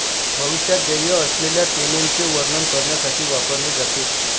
भविष्यात देय असलेल्या पेमेंटचे वर्णन करण्यासाठी वापरले जाते